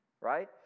right